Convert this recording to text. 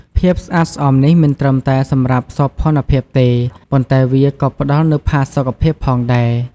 ភាពស្អាតស្អំនេះមិនត្រឹមតែសម្រាប់សោភ័ណភាពទេ ប៉ុន្តែវាក៏ផ្តល់នូវផាសុកភាពផងដែរ។